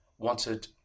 wanted